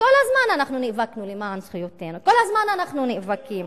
כל הזמן אנחנו נאבקנו